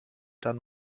dann